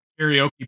karaoke